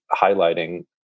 highlighting